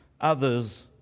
others